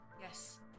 Yes